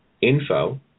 info